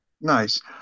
Nice